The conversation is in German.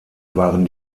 waren